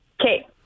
Okay